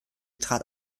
trat